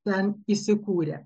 ten įsikūrę